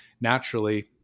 naturally